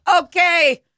okay